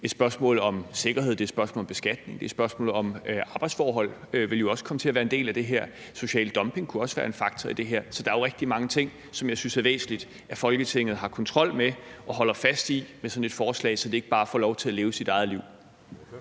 et spørgsmål om sikkerhed. Det er et spørgsmål om beskatning. Det er et spørgsmål om arbejdsforhold; det ville jo også komme til at være en del af det her. Social dumping kunne også være en faktor i det her. Så der er jo rigtig mange ting ved sådan et forslag, som jeg synes det er væsentligt at Folketinget har kontrol med og holder fast i, så det ikke bare får lov til at leve sit eget liv.